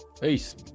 Peace